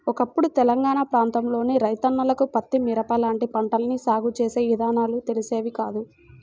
ఒకప్పుడు తెలంగాణా ప్రాంతంలోని రైతన్నలకు పత్తి, మిరప లాంటి పంటల్ని సాగు చేసే విధానాలు తెలిసేవి కాదు